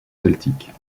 celtiques